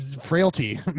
frailty